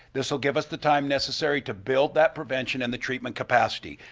this will give us the time necessary to build that prevention and the treatment capacity.